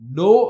no